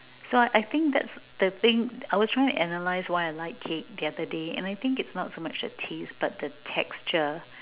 so I think that's the thing I will try and analyse why I like cake the other day and I think it's not so much the taste but the texture